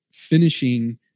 finishing